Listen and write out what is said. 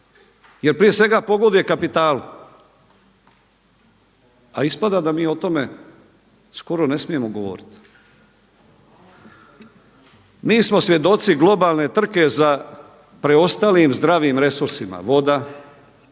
jer prije svega pogoduje kapitalu. A ispada da mi o tome skoro ne smijemo govoriti. Mi smo svjedoci globalne trke za preostalim zdravim resursima – voda,